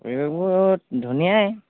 এইবোৰ ধুনীয়াই